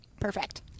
Perfect